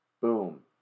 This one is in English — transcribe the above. Boom